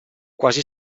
quasi